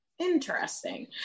Interesting